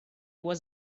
was